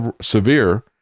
severe